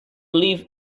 believe